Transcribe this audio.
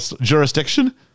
jurisdiction